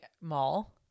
mall